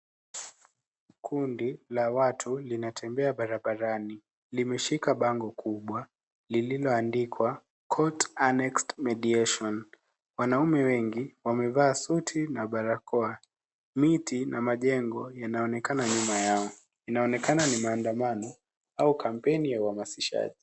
Kundi la watu linatembea barabarani. Limeshika bango kubwa lililoandikwa court annexed mediation , wanaume wengi wamevaa suti na barakoa. Miti na majengo yanaonekana nyuma yao, inaonekana ni maandamano au kampeni ya uhamasishaji.